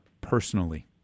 personally